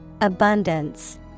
Abundance